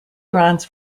grants